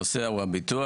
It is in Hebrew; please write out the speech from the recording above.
כן, הנושא הוא ביטוח.